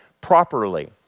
properly